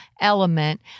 element